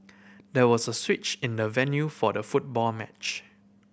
there was a switch in the venue for the football match